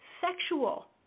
sexual